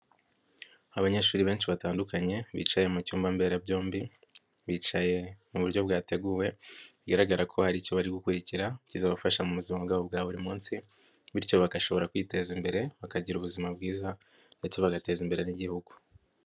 Abanyeshuri benshi batandukanye, bicaye mu cyumba mbera byombi, bicaye mu buryo bwateguwe, bigaragara ko hari icyo bari gukurikira, kizabafasha mu buzima bwabo bwa buri munsi, bityo bagashobora kwiteza imbere, bakagira ubuzima bwiza ndetse bagateza imbere n'igihugu.